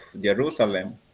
jerusalem